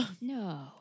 No